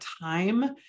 time